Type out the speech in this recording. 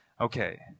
okay